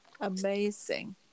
Amazing